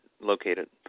located